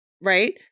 Right